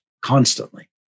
Constantly